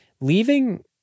Leaving